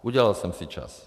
Udělal jsem si čas.